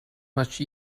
much